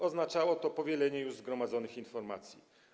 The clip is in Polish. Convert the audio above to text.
Oznaczało to powielenie już zgromadzonych informacji.